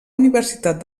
universitat